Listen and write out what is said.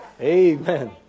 Amen